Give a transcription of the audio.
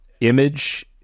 image